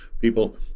people